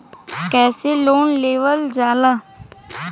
कैसे लोन लेवल जाला?